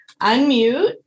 unmute